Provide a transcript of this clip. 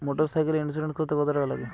মোটরসাইকেলের ইন্সুরেন্স করতে কত টাকা লাগে?